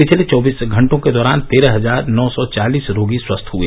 पिछले चौबीस घंटों के दौरान तेरह हजार नौ सौ चालीस रोगी स्वस्थ हए